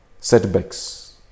setbacks